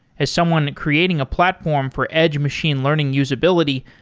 as someone creating a platform for edge machine learning usability,